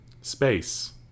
space